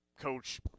Coach